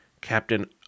Captain